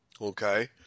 Okay